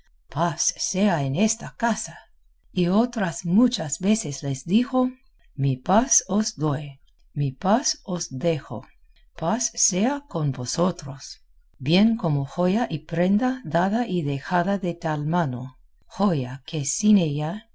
paz sea en esta casa y otras muchas veces les dijo mi paz os doy mi paz os dejo paz sea con vosotros bien como joya y prenda dada y dejada de tal mano joya que sin ella